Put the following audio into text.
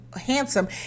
handsome